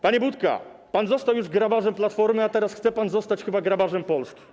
Panie Budka, pan został już grabarzem Platformy, a teraz chce pan zostać chyba grabarzem Polski.